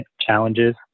challenges